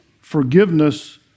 forgiveness